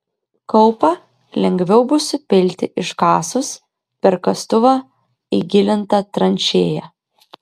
kaupą lengviau bus supilti iškasus per kastuvą įgilintą tranšėją